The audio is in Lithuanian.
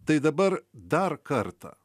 tai dabar dar kartą